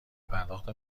پرداخت